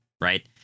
right